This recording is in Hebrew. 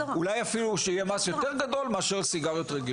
אולי אפילו שיהיה מס יותר גדול מאשר סיגריות רגילות.